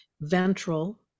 ventral